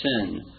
sin